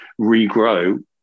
regrow